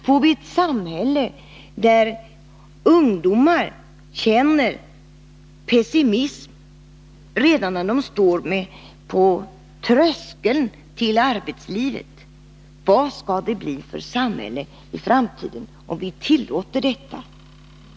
Om vi tillåter att ungdomar känner pessimism redan när de står på tröskeln till arbetslivet, vad skall det då bli för samhälle i framtiden?